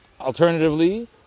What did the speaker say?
alternatively